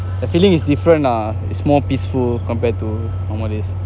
the feeling is different lah it's more peaceful compared to ஹொமலிஸ்:homalis